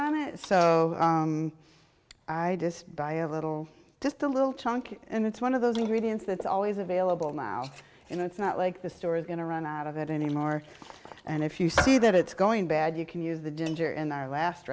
on it so i just buy a little just a little chunk and it's one of those ingredients that's always available now and it's not like the store is going to run out of it anymore and if you see that it's going bad you can use the ginger in our last